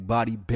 Body